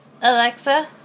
Alexa